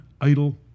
idle